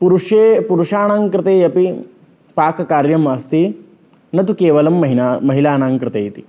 पुरुषे पुरुषाणाङ्कृते अपि पाककार्यमस्ति न तु केवलं महिला महिलानाङ्कृते इति